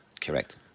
Correct